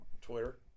Twitter